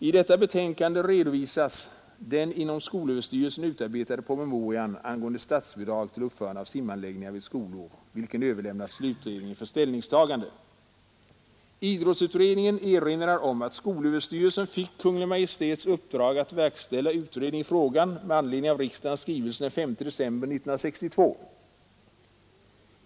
I detta betänkande redovisas den inom skolöverstyrelsen utarbetade promemorian angående statsbidrag till uppförande av simanläggningar vid skolor, vilken överlämnades till utredningen för ställningstagande. Idrottsutredningen erinrade om att skolöverstyrelsen fick Kungl. Maj:ts uppdrag att verkställa utredning i frågan med anledning av riksdagens skrivelse den 5 december 1962.